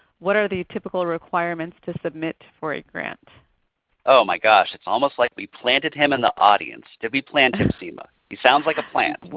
what are the typical requirements to submit for a grant? jeremy oh my gosh, it's almost like we planted him in the audience. did we plant him sima? he sounds like a plant.